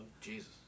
Jesus